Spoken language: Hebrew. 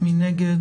מי נגד?